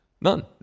None